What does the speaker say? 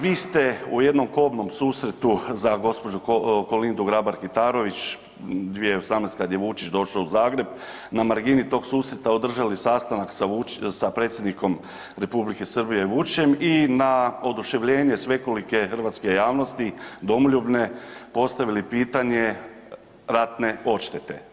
Vi ste u jednom kobnom susretu za gospođu Kolindu Grabar Kitarović 2018. kad je Vučić došao u Zagreb na margini tog susreta održali sastanak sa predsjednikom Republike Srbije Vučićem i na oduševljenje svekolike hrvatske javnosti domoljubne postavili pitanje ratne odštete.